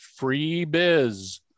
freebiz